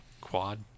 quad